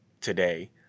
today